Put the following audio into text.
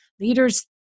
leaders